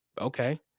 Okay